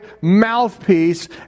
mouthpiece